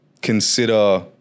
consider